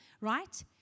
Right